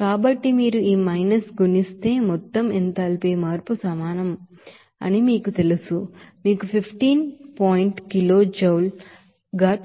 కాబట్టి మీరు ఈ మైనస్ గుణిస్తే మొత్తం ఎంథాల్పీ మార్పు సమానం అని మీకు తెలుసు మీకు 15 పాయింట్ kilojoule